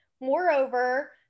Moreover